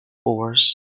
oars